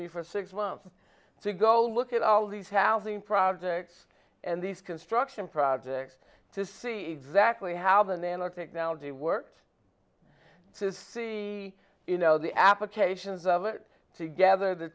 me for six months to go look at all these housing projects and these construction projects to see exactly how the nanotechnology worked to see the applications of it together the